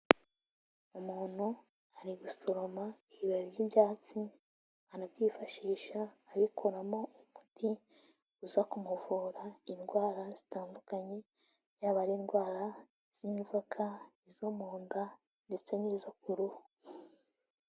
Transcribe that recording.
Umuntu ari gusoroma ibibi by'ibyatsi arabyifashisha abikoramo umuti uza kumuvura indwara zitandukanye yaba ari indwara z'inzoka, izo mu nda ndetse n'izo ku ruhu.